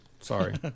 Sorry